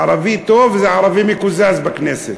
ערבי טוב זה ערבי מקוזז בכנסת.